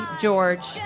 George